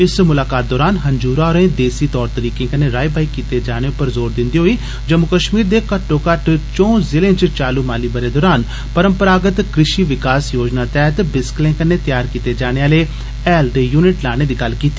इस मुलाकात दौरान हंजूरा होरे देसी तौर तरीकें कन्नै राई बाई कीते जाने उप्पर जोर दिंदे होई जम्मू कश्मीर दे घट्टोघट्ट चौं जिलें च चालू माली बरे दौरान परम्परागत कृशि विकास योजना तैहत बिसकलें कन्नै तैयार कीते जाने आहले हैल दे युनिट लाने दी गल्ल कीती